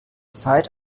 zeit